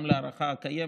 גם להארכה הקיימת,